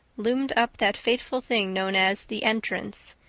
loomed up that fateful thing known as the entrance,